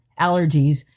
allergies